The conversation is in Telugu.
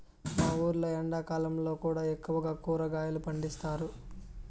మా ఊర్లో ఎండాకాలంలో కూడా ఎక్కువగా కూరగాయలు పండిస్తారు